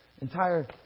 entire